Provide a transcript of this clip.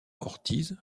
ortiz